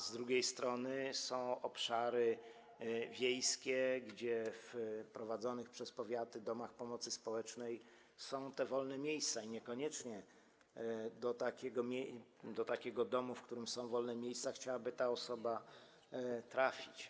Z drugiej strony są obszary wiejskie, gdzie w prowadzonych przez powiaty domach pomocy społecznej są wolne miejsca, i niekoniecznie do takiego domu, w którym są wolne miejsca, chciałaby ta osoba trafić.